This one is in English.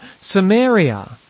Samaria